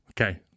okay